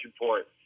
report